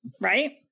right